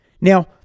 Now